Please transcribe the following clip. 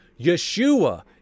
Yeshua